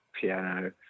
piano